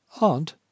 Aunt